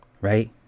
Right